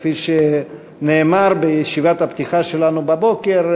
כפי שנאמר בישיבת הפתיחה שלנו בבוקר,